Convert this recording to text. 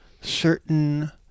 certain